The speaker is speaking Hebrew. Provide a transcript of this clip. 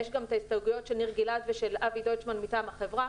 יש גם את ההסתייגויות של ניר גלעד ושל אבי דויטשמן מטעם החברה.